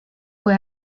fue